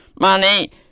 money